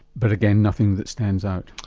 but again nothing that stands out?